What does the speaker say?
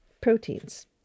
proteins